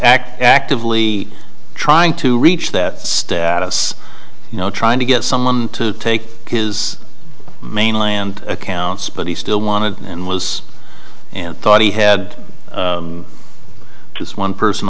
act actively trying to reach that status you know trying to get someone to take his mainland accounts but he still wanted and was and thought he had just one person